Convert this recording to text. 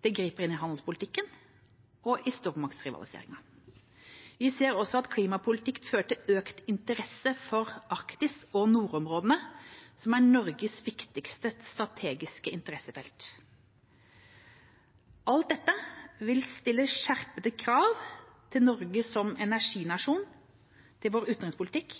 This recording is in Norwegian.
Det griper inn i handelspolitikken og stormaktrivaliseringen. Vi ser også at klimapolitikk fører til økt interesse for Arktis og nordområdene, som er Norges viktigste strategiske interessefelt. Alt dette vil stille skjerpede krav til Norge som energinasjon, til vår utenrikspolitikk